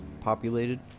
populated